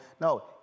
No